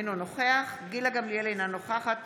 אינו נוכח גילה גמליאל, אינה נוכחת